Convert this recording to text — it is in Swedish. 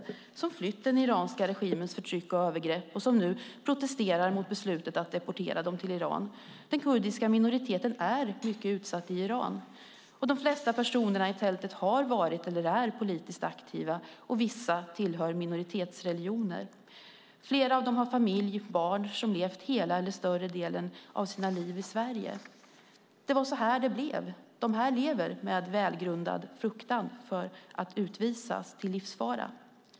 De har flytt den iranska regimens förtryck och övergrepp och protesterar nu i ett tält mot beslutet att deportera dem till Iran. Den kurdiska minoriteten är mycket utsatt i Iran. De flesta personerna i tältet har varit eller är politiskt aktiva och vissa tillhör minoritetsreligioner. Flera av dem har familj och barn som har levt hela eller större delen av sitt liv i Sverige. Det var så här det blev. De här människorna lever med välgrundad fruktan för att utvisas till livsfara.